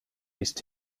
east